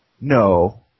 no